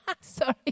sorry